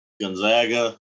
Gonzaga